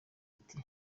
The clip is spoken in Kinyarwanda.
ati